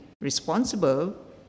responsible